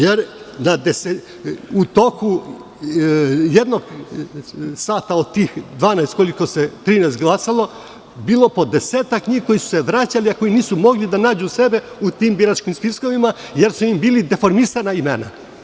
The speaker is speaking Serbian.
Jer, u toku jednog sata od tih 12 koliko se glasalo bilo je po desetak njih koji su se vraćali i nisu mogli da nađu sebe u tim biračkim spiskovima jer su im bila deformisana imena.